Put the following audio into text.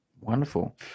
Wonderful